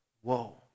whoa